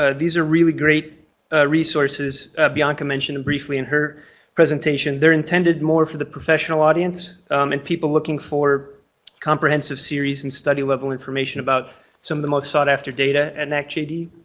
ah these are really great resources bianca mentioned briefly in her presentation. they're intended more for the professional audience and people looking for comprehensive series and study level information about some of the most sought after data and nacjd. the